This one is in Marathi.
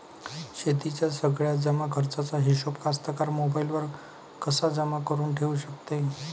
शेतीच्या सगळ्या जमाखर्चाचा हिशोब कास्तकार मोबाईलवर कसा जमा करुन ठेऊ शकते?